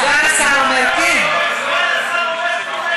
סגן השר אומר "תומכת".